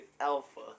Alpha